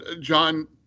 John